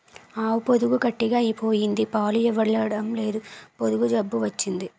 ఆవు పొదుగు గట్టిగ అయిపోయింది పాలు ఇవ్వడంలేదు పొదుగు జబ్బు వచ్చింది